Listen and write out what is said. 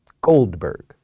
Goldberg